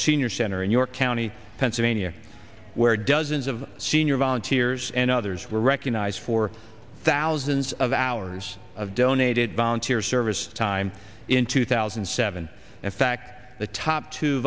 senior center in york county pennsylvania where dozens of senior volunteers and others were recognized for thousands of hours of donated volunteer service time in two thousand and seven in fact the top two